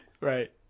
Right